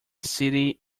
city